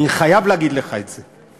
אני חייב להגיד לך את זה.